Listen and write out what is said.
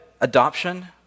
adoption